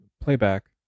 Playback